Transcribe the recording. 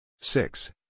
six